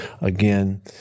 again